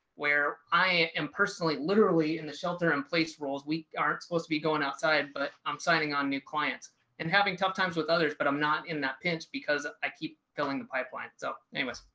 where i am personally literally in the shelter in place roles. we aren't supposed to be going outside but i'm signing on new clients and having tough times with others but i'm not in that pinch because i keep filling the pipeline. so anyways.